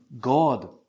God